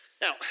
Now